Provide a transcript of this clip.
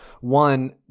one